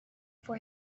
for